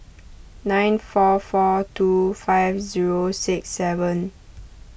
nine four four two five zero six seven